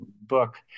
book